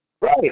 Right